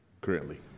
currently